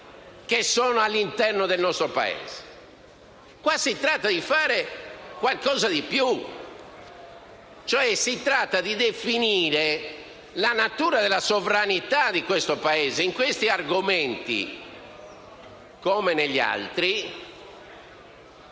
che sono all'interno del nostro Paese. Qua si tratta di fare qualcosa di più. Si tratta di definire la natura della sovranità di questo Paese in questi argomenti, come negli altri,